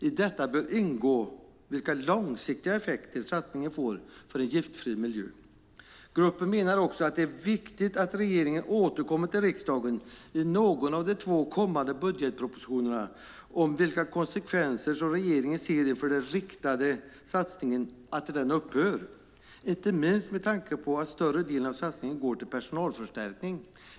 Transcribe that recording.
I detta bör ingå vilka långsiktiga effekter satsningen får för en giftfri miljö. Gruppen menar också att det är viktigt att regeringen återkommer till riksdagen i någon av de två kommande budgetpropositionerna beträffande de konsekvenser regeringen ser när den riktade satsningen upphör, detta inte minst med tanke på att större delen av satsningen går till personalförstärkningar.